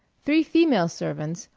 three female servants,